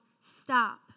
stop